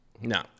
No